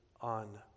on